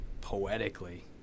poetically